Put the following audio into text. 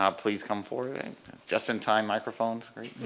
um please come forward it just in time microphone's great.